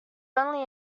only